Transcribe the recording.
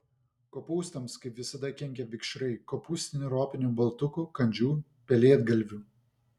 kopūstams kaip visada kenkia vikšrai kopūstinių ropinių baltukų kandžių pelėdgalvių